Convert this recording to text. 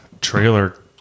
trailer